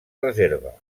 reserva